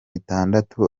itandatu